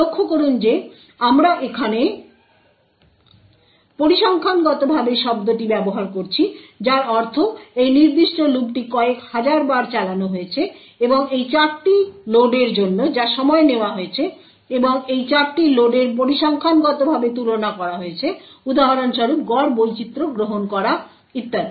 লক্ষ্য করুন যে আমরা এখানে পরিসংখ্যানগতভাবে শব্দটি ব্যবহার করছি যার অর্থ এই নির্দিষ্ট লুপটি কয়েক হাজার বার চালানো হয়েছে এবং এই চারটি লোডের জন্য যা সময় নেওয়া হয়েছে এবং এই চারটি লোডের পরিসংখ্যানগতভাবে তুলনা করা হয়েছে উদাহরণস্বরূপ গড় বৈচিত্র গ্রহণ করা ইত্যাদি